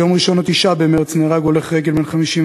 ביום ראשון 9 במרס נהרג הולך רגל בן 54,